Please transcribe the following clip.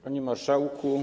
Panie Marszałku!